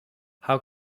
how